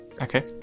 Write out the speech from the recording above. Okay